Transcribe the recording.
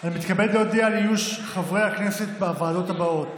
אני מתכבד להודיע על איוש חברי הכנסת בוועדות הבאות: